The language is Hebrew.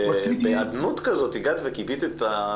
רציתי להתייחס לשלוש נקודות שונות ואני אסביר מהן.